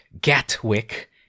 Gatwick